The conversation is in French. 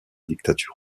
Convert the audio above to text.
dictature